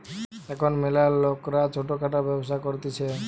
এখুন ম্যালা লোকরা ছোট খাটো ব্যবসা করতিছে